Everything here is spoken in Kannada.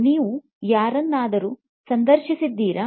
ನೀವು ಯಾರನ್ನಾದರೂ ಸಂದರ್ಶಿಸಿದ್ದೀರಾ